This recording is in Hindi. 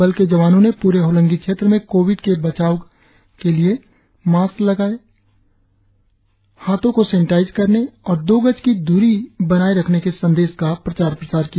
बल के जवानों ने प्रे होलोंगी क्षेत्र में कोविड से बचाव के लिए मास्क लगाने हाथो को सेनेटाइज करने और दो गज की दूरी बनाए रखने के संदेश का प्रचार प्रसार किया